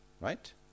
Right